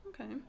Okay